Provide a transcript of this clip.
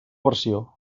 versió